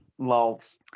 lols